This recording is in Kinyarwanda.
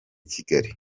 kigali